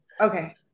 Okay